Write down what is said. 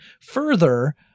Further